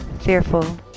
fearful